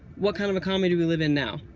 what kind of economy do we live in now?